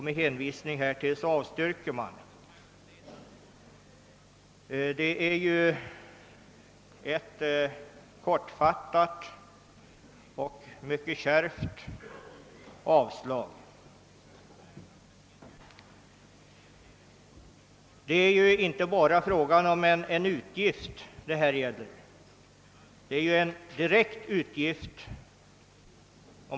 Med hänvisning till detta avstyrker utskottet motionen, kortfattat och mycket kärvt. Om man ser frågan isolerad, kan det förefalla att bara gälla en direkt utgift.